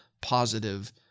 positive